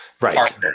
Right